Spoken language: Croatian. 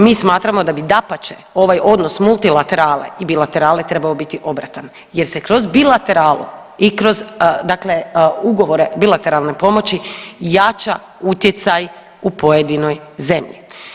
Mi smatramo da bi dapače ovaj odnos multilaterale i bilaterale trebao biti obratan jer se kroz bilateralu i kroz dakle ugovore dakle bilateralne pomoći jača utjecaj u pojedinoj zemlji.